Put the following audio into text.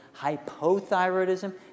Hypothyroidism